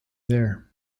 there